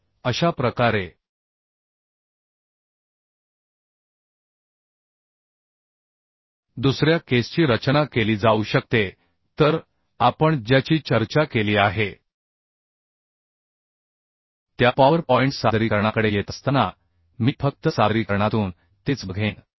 तर अशा प्रकारे दुसऱ्या केसची रचना केली जाऊ शकते तर आपण ज्याची चर्चा केली आहे त्या पॉवर पॉईंट सादरीकरणाकडे येत असताना मी फक्त सादरीकरणातून तेच बघेन